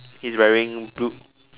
he's wearing blue